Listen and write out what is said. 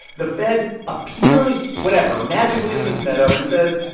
the fed appears whatever magically in this meadow and says,